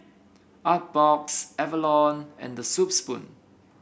Artbox Avalon and The Soup Spoon